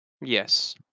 Yes